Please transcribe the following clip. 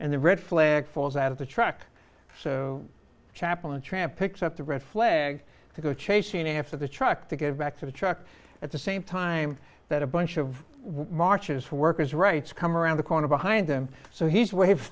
and the red flag falls out of the truck so chaplin tramp picks up the red flag to go chasing after the truck to get back to the truck at the same time that a bunch of marchers workers rights come around the corner behind them so he's wave